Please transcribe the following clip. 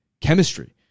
chemistry